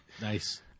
nice